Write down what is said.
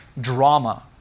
drama